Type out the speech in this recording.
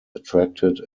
attracted